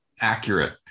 accurate